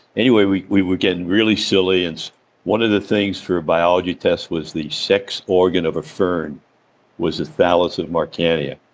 anyway, we we were getting really silly and one of the things for biology test was the sex organ of a fern was the thallus of marchantia.